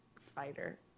fighter